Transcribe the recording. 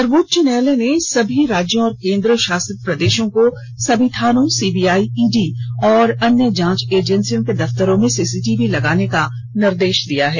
सर्वोच्च न्यायालय ने सभी राज्यों और केंद्र शासित प्रदेशों को सभी थानों सीबीआई इडी और अन्य जांच ऐजेंसियों के दफ्तरों में सीसीटीवी लगाने का निर्देश दिया है